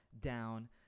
down